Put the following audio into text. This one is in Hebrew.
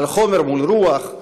על חומר מול רוח,